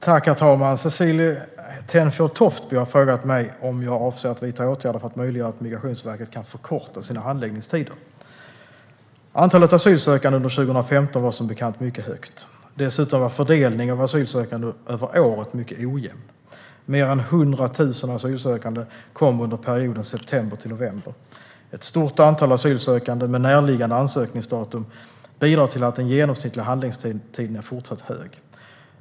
Herr talman! Cecilie Tenfjord-Toftby har frågat mig om jag avser att vidta åtgärder för att möjliggöra att Migrationsverket kan förkorta sina handläggningstider. Antalet asylsökande under 2015 var som bekant mycket högt. Dessutom var fördelningen av asylsökande över året mycket ojämn - mer än 100 000 asylsökande kom under perioden september till november. Ett stort antal asylsökande med närliggande ansökningsdatum bidrar till att den genomsnittliga handläggningstiden är fortsatt hög.